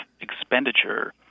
expenditure